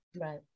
Right